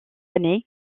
année